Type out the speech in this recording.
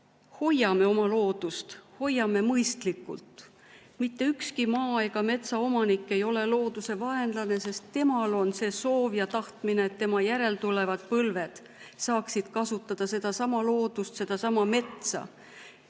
Hoiame oma loodust, hoiame mõistlikult! Mitte ükski maa- ega metsaomanik ei ole looduse vaenlane, sest temal on see soov ja tahtmine, et tema järeltulevad põlved saaksid kasutada sedasama loodust, sedasama metsa.